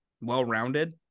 well-rounded